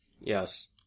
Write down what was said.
Yes